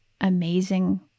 amazing